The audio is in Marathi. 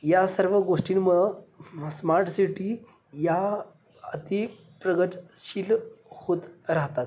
या सर्व गोष्टींमुळं स्मार्ट सिटी या अति प्रगतशील होत राहतात